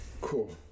Cool